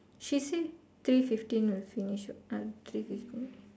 she say three fifteen will finish what three fifteen